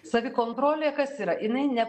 savikontrolė kas yra jinai ne